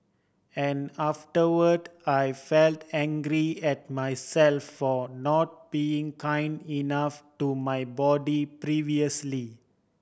and afterward I felt angry at myself for not being kind enough to my body previously